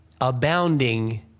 Abounding